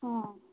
ହଁ